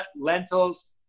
lentils